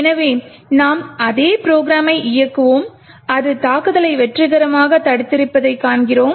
எனவே நாம் அதே ப்ரோக்ராமை இயக்குவோம் அது தாக்குதலை வெற்றிகரமாக தடுத்திருப்பதைக் காண்கிறோம்